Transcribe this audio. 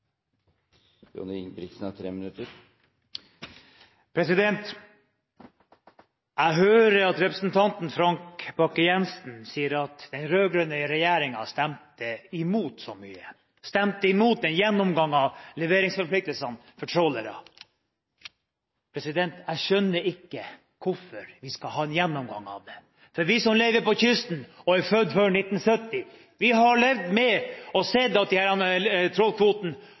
Jeg hører at representanten Frank Bakke-Jensen sier at de rød-grønne partiene stemte imot så mye og stemte imot en gjennomgang av leveringsforpliktelsene for trålere. Jeg skjønner ikke hvorfor vi skal ha en gjennomgang av det. Vi som lever langs kysten og er født før 1970, har levd med og sett at trålkvoten ikke har vært etterlevd etter intensjonen. En skulle levere på de